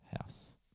house